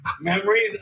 Memories